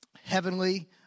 Heavenly